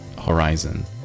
horizon